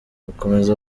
akomeza